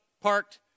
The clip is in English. parked